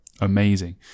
amazing